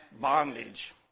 bondage